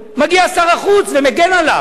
מגיע שר החוץ ומגן עליו.